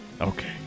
Okay